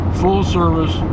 full-service